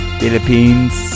Philippines